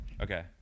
Okay